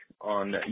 on